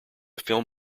film